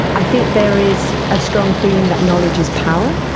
i think there is a strong feeling that knowledge is power,